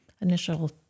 initial